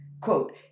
quote